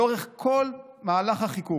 לאורך כל מהלך חיקוק,